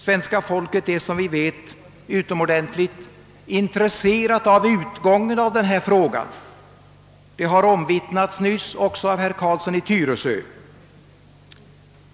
Svenska folket är som vi vet utomordentligt intresserat för utgången av denna fråga, vilket nyss omvittnats av herr Carlsson i Tyresö.